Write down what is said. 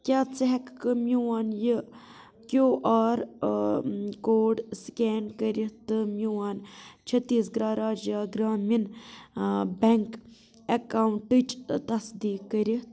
کیٛاہ ژٕ ہٮ۪ککھٕ میٛون یہِ کیٛوٗ آر کوڈ سِکین کٔرِتھ تہٕ میٛون چٔھتیٖس گَڑھ راجیہ گرٛامیٖن بیٚنٛک اَکاونٹٕچ تصدیٖق کٔرِتھ